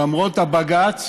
למרות הבג"ץ